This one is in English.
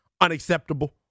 Unacceptable